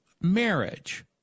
marriage